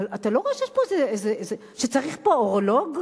אתה לא רואה שצריך פה אורולוג?